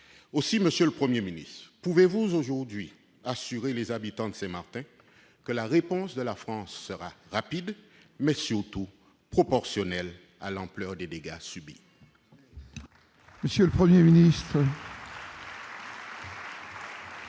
Monsieur le Premier ministre, pouvez-vous aujourd'hui assurer aux habitants de Saint-Martin que la réponse de la France sera rapide et, surtout, proportionnelle à l'ampleur des dégâts subis ? La parole est à M. le Premier ministre.